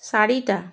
চাৰিটা